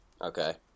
Okay